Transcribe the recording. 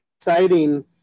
exciting